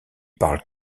parle